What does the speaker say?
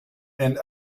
and